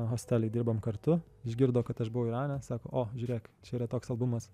hostely dirbom kartu išgirdo kad aš buvau irane sako o žiūrėk čia yra toks albumas